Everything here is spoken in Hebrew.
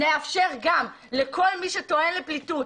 נאפשר גם לכל מי שטוען לפליטות,